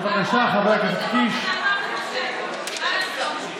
בבקשה, חבר הכנסת